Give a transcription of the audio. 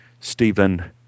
Stephen